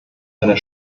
einer